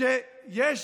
כשיש